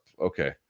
Okay